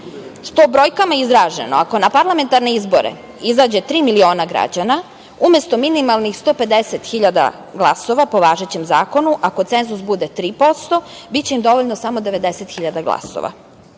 u brojkama izraženo, ako na parlamentarne izbore izađe tri miliona građana, umesto minimalnih 150 hiljada glasova, po važećem zakonu, ako cenzus bude 3%, biće im dovoljno samo 90 hiljada glasova.